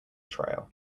trail